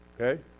Okay